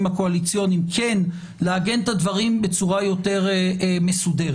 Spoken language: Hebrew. הקואליציוניים כן לעגן את הדברים בצורה יותר מסודרת.